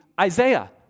Isaiah